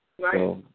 Right